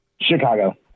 Chicago